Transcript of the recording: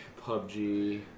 PUBG